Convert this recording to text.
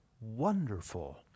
wonderful